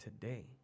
today